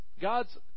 God's